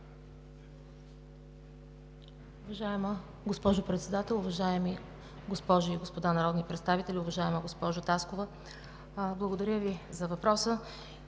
Уважаеми господин Председател, уважаеми госпожи и господа народни представители! Уважаема госпожо Илиева, благодаря Ви за точното